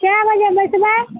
कय बजे बैसबै